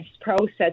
process